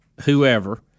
whoever